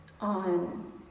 on